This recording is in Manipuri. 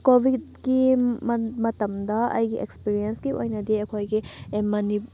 ꯀꯣꯕꯤꯗꯀꯤ ꯃꯇꯝꯗ ꯑꯩꯒꯤ ꯑꯦꯛꯁꯄꯤꯔꯤꯌꯦꯟꯁꯀꯤ ꯑꯣꯏꯅꯗꯤ ꯑꯩꯈꯣꯏꯒꯤ